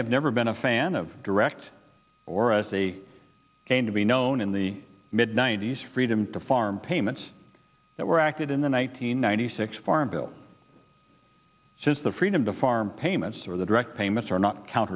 have never been a fan of direct or as they came to be known in the mid ninety's freedom to farm payments that were acted in the one nine hundred ninety six farm bill says the freedom to farm payments or the direct payments are not count